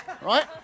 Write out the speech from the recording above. Right